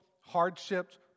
hardships